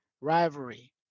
rivalry